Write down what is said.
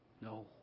No